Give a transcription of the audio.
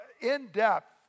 in-depth